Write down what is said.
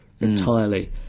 entirely